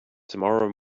tomorrow